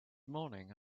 morning